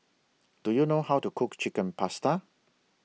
Do YOU know How to Cook Chicken Pasta